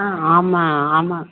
ஆ ஆமாம் ஆமாம்